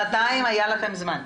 שנתיים היה לכם זמן.